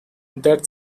that